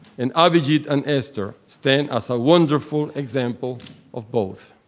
and abhijit and esther stand as a wonderful example of both.